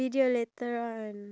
really